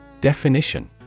Definition